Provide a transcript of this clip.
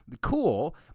Cool